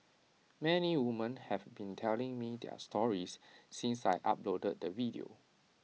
many women have been telling me their stories since I uploaded the video